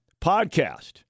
Podcast